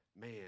man